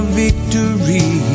victory